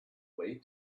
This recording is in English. way